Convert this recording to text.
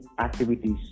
activities